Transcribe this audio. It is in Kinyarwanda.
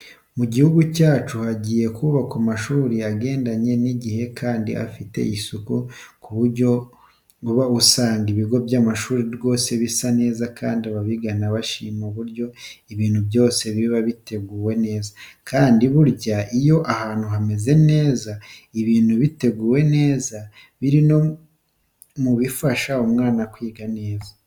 Mu gihugu cyacu hagiye hubakwa amashuri agendanye n'igihe kandi afite isuku ku buryo uba usanga ibigo by'amashuri rwose bisa neza kandi ababigana bashima uburyo ibintu byose biba biteguwe neza, kandi burya iyo ahantu hameze neza ibintu biteguwe neza biri no mu bifasha umwana kwiga neza.